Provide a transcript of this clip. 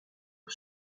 que